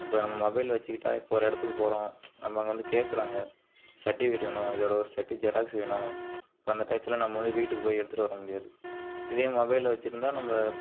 இப்போ நம்ம மொபைலில் வச்சிக்கிட்டால் இப்போ ஒரு இடத்துக்கு போகிறோம் நம்ம அங்கே வந்து கேட்குறாங்க சர்டிஃபிகேட் வேணும் இதோட ஒரு செட்டு ஜெராக்ஸ் வேணும் அப்போ அந்த டயத்தில் நம்ம வந்து வீட்டுக்கு போயி எடுத்துட்டு வர முடியாது இதே மொபைலில் வச்சிருந்தால் நம்ம